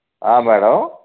madam